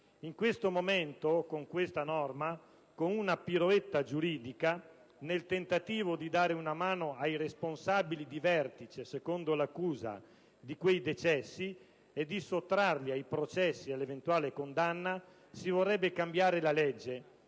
In questo momento, con questa norma, con una piroetta giuridica, nel tentativo di dare una mano ai responsabili di vertice (secondo l'accusa) di quei decessi e di sottrarli ai processi e all'eventuale condanna, si vorrebbe cambiare la legge,